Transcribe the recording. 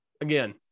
again